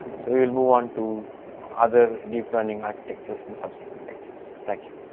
so we will will want to other deep learning architectures in the subsequent lectures, thank you.